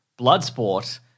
Bloodsport –